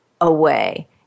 away